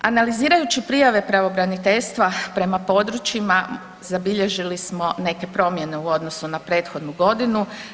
Analizirajući prijave pravobraniteljstva prema područjima zabilježili smo neke promjene u odnosu na prethodnu godinu.